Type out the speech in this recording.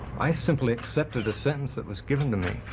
i simply accepted a sentence that was given to me